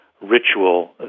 ritual